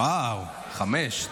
ואו, חמש.